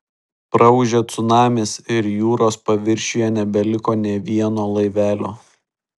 praūžė cunamis ir jūros paviršiuje nebeliko nė vieno laivelio